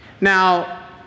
Now